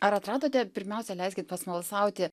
ar atradote pirmiausia leiskit pasmalsauti